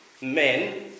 Men